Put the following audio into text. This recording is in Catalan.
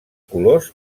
colors